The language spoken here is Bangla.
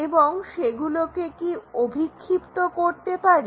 এবং সেগুলোকে কি অভিক্ষিপ্ত করতে পারি